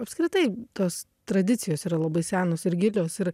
apskritai tos tradicijos yra labai senos ir gilios ir